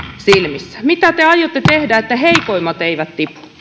osalta mitä te aiotte tehdä että heikoimmat eivät